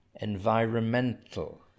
environmental